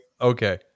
Okay